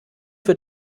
für